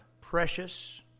precious